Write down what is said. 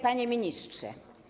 Panie Ministrze!